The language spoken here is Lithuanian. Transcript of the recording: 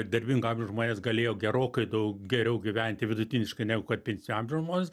darbingo amžiaus žmonės galėjo gerokai dau geriau gyventi vidutiniškai negu kad pensinio amžiaus žmonės